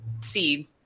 seed